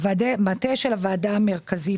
במטה הוועדה המרכזית